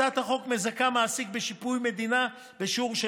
הצעת החוק מזכה מעסיקים בשיפוי מדינה בשיעור של